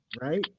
right